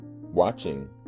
watching